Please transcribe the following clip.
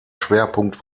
schwerpunkt